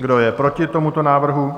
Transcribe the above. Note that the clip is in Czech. Kdo je proti tomuto návrhu?